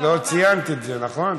לא ציינת את זה, נכון?